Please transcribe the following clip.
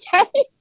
okay